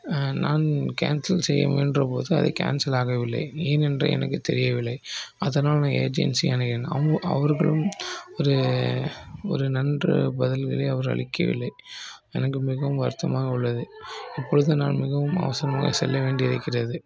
நான் கேன்சல் செய்ய முயன்றபோது அது கேன்சல் ஆகவில்லை ஏனென்று எனக்கு தெரியவில்லை அதனால் நான் ஏஜென்சியை அணுகினோம் அவங்குளும் அவர்களும் ஒரு ஒரு நன்று பதில்களை அவர் அளிக்கவில்லை எனக்கு மிகவும் வருத்தமாக உள்ளது இப்பொழுது நான் மிகவும் அவசரமாக செல்ல வேண்டி இருக்கிறது